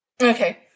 Okay